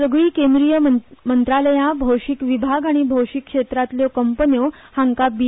सगली केंद्रीय मंत्रालया भौशिक विभाग आनी भौशिक क्षेत्रातल्यो कंपन्यो हांका बी